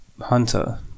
Hunter